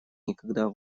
никогда